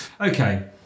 okay